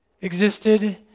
existed